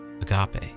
agape